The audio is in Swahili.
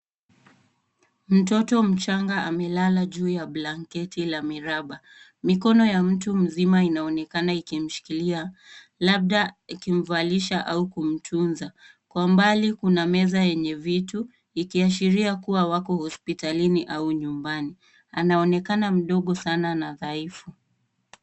Mtoto mchanga amelala juu ya blanketi la miraba. Mikono ya mtu mzima inaonekana ikimshikilia, labda ikimvalisha au kumtunza. Kwa mbali kuna meza yenye vitu ikiashiria kuwa wako hospitalini au nyumbani. Anaonekana mdogo sana na dhaifu.